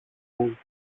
μου